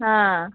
हां